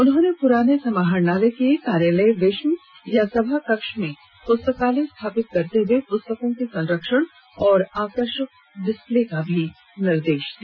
उन्होंने पुराने समाहरणालय के कार्यालय वेश्म या सभाकक्ष में पुस्तकालय स्थापित करते हुए पुस्तकों के संरक्षण एवं आकर्षक डिस्प्ले करने का भी निर्देश दिया